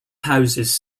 houses